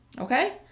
okay